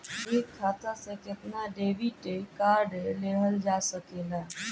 एक खाता से केतना डेबिट कार्ड लेहल जा सकेला?